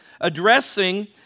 addressing